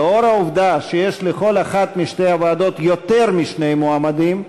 לאור העובדה שיש לכל אחת משתי הוועדות יותר משני מועמדים,